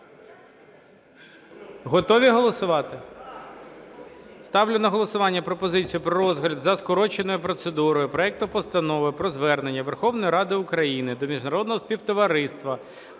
Готові голосувати? Ставлю на голосування пропозицію про розгляд за скороченою процедурою проекту Постанови про Звернення Верховної Ради України до міжнародного співтовариства